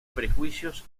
prejuicios